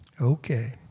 Okay